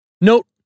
Note